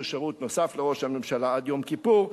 שירות נוסף לראש הממשלה עד יום כיפור,